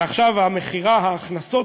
ועכשיו ההכנסות,